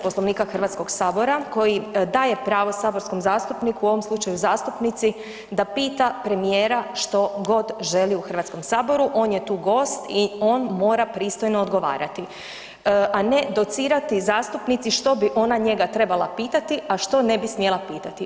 Poslovnika Hrvatskog sabora koji daje pravo saborskom zastupniku u ovom slučaju zastupnici da pita premijera što god želi u Hrvatskom saboru, on je tu gost i on mora pristojno odgovarati, a ne docirati zastupnici što bi ona njega trebala pitati, a što ne bi smjela pitati.